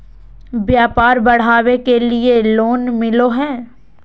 व्यापार बढ़ावे के लिए लोन मिलो है?